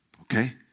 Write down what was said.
Okay